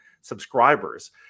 subscribers